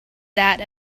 that